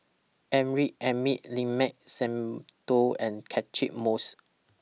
Amrin Amin Limat Sabtu and Catchick Moses